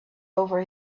over